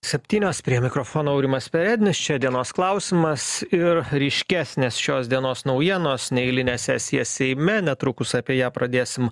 septynios prie mikrofono aurimas perednis čia dienos klausimas ir ryškesnės šios dienos naujienos neeilinė sesija seime netrukus apie ją pradėsim